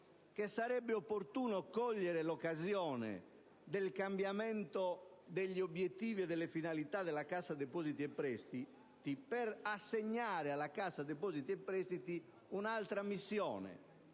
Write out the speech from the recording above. che sarebbe opportuno cogliere l'occasione del cambiamento degli obiettivi e delle finalità della Cassa depositi e prestiti per assegnare alla stessa un'altra missione,